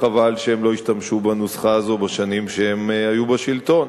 חבל שהם לא השתמשו בנוסחה הזו בשנים שהם היו בשלטון,